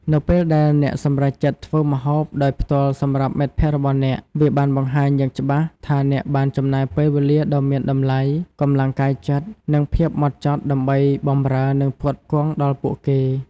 នៅពេលដែលអ្នកសម្រេចចិត្តធ្វើម្ហូបដោយផ្ទាល់សម្រាប់មិត្តភក្តិរបស់អ្នក វាបានបង្ហាញយ៉ាងច្បាស់ថាអ្នកបានចំណាយពេលវេលាដ៏មានតម្លៃ កម្លាំងកាយចិត្ត និងភាពហ្មត់ចត់ដើម្បីបម្រើនិងផ្គត់ផ្គង់ដល់ពួកគេ។